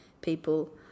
people